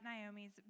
Naomi's